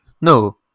No